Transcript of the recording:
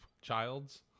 Childs